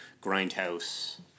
Grindhouse